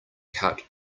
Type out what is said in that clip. cut